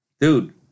dude